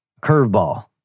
Curveball